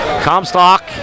Comstock